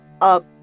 up